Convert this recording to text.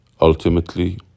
Ultimately